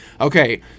Okay